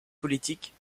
politiques